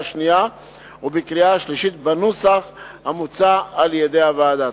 השנייה ובקריאה השלישית בנוסח המוצע על-ידי הוועדה.